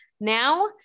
Now